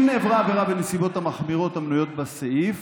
אם נעברה העבירה בנסיבות המחמירות המנויות בסעיף,